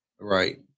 right